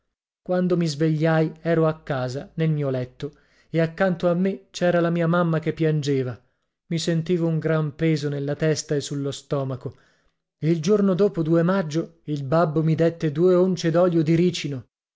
quando mi svegliai ero a casa nel mio letto e accanto a me c'era la mia mamma che piangeva i sentivo un gran peso nella testa e sullo stomaco il giorno dopo maggio il babbo mi dette due once d'olio di ricino